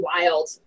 wild